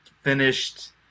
finished